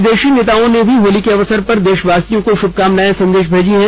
विदेशी नेताओं ने भी होली के अवसर पर देशवासियों को शुभकामना संदेश भेजे हैं